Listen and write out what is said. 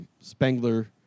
Spengler